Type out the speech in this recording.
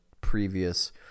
previous